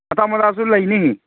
ꯑꯇꯥ ꯃꯣꯏꯗꯥꯁꯨ ꯂꯩꯅꯤ